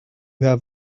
have